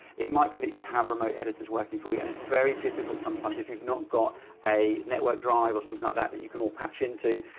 it might be that you have remote editors working for you. and it's very difficult sometimes. if you've not got a network drive or something like that, that you can all patch into,